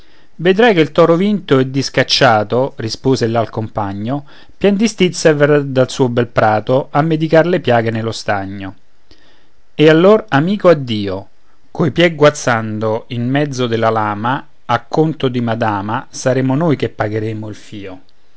vedrai che il toro vinto e discacciato rispose ella al compagno pien di stizza verrà dal suo bel prato a medicar le piaghe nello stagno e allor amico addio coi piè guazzando in mezzo della lama a conto di madama saremo noi che pagheremo il fio